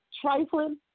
trifling